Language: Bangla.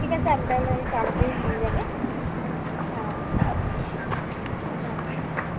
ঠিক আছে আমি তাহলে ওই চারটেই নিয়ে যাবো হ্যাঁ হ্যাঁ